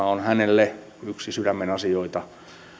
on pääministerille yksi sydämenasioita